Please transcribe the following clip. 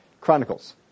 Chronicles